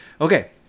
Okay